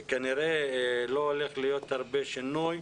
וכנראה, לא הולך להיות הרבה שינוי.